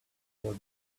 hold